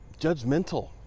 judgmental